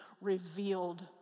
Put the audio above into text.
revealed